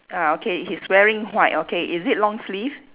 ah okay he's wearing white okay is it long sleeve